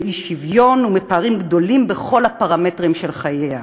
מאי-שוויון ומפערים גדולים בכל הפרמטרים של חייה: